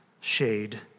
shade